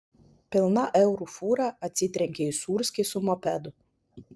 pilna eurų fūra atsitrenkė į sūrskį su mopedu